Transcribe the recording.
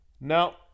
Now